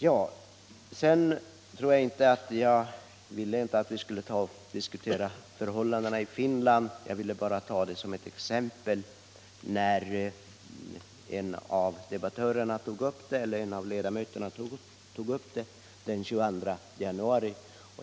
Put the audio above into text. Jag tänkte inte att vi skulle diskutera förhållandena i Finland — jag ville bara ta det som ett exempel när en av ledamöterna tog upp saken den 22 januari.